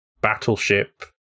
battleship